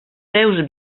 seus